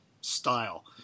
style